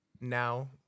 now